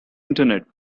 internet